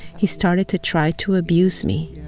he started to try to abuse me,